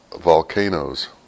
volcanoes